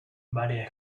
varias